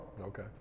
Okay